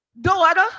daughter